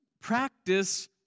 practice